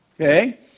Okay